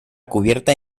cubierta